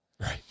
right